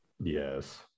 Yes